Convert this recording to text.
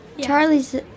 Charlie's